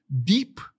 deep